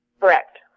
Correct